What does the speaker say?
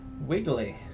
Wiggly